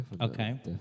Okay